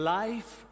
life